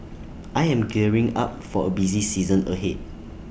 I am gearing up for A busy season ahead